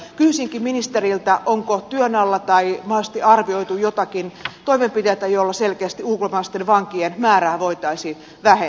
kysyisinkin ministeriltä onko työn alla tai mahdollisesti arvioitu joitakin toimenpiteitä joilla selkeästi ulkomaisten vankien määrää voitaisiin vähentää